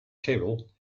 table